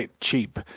cheap